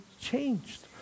changed